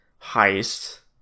heist